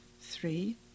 three